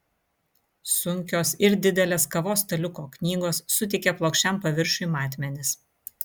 sunkios ir didelės kavos staliuko knygos suteikia plokščiam paviršiui matmenis